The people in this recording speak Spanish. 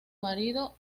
marido